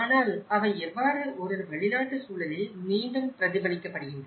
ஆனால் அவை எவ்வாறு ஒரு வெளிநாட்டு சூழலில் மீண்டும் பிரதிபலிக்கப்படுகின்றன